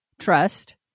trust